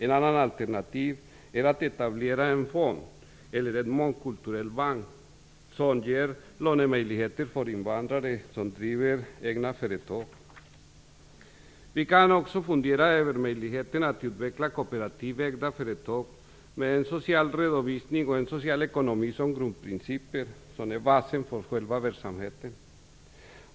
Ett annat alternativ är att etablera en fond eller en mångkulturell bank som ger lånemöjligheter för invandrare som driver egna företag. Vi kan också fundera över möjligheten att utveckla kooperativägda företag med en social redovisning och en social ekonomi som grundprincip. Detta bör vara basen för själva verksamheten.